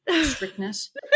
strictness